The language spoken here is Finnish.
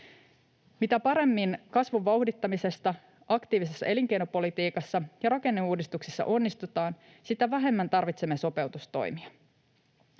Mitä paremmin kasvun vauhdittamisessa, aktiivisessa elinkeinopolitiikassa ja rakenneuudistuksissa onnistutaan, sitä vähemmän tarvitsemme sopeutustoimia.